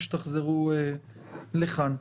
כשתחזרו לכאן.